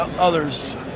others